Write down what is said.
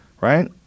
right